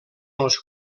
els